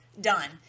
done